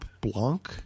Blanc